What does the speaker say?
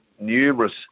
numerous